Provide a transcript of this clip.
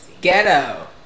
Ghetto